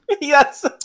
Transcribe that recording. yes